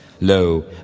Lo